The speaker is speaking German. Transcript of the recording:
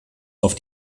auf